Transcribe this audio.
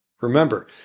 Remember